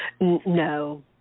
No